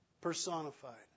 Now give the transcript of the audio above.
personified